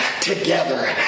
together